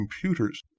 computers